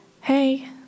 Hey